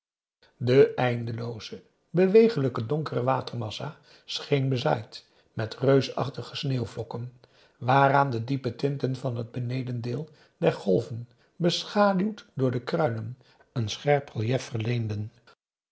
de eindelooze beweeglijke donkere watermassa scheen bezaaid met reusachtige sneeuwvlokken waar aan de diepe tinten van het benedendeel der golven beschaduwd door de kruinen een scherp relief verleenden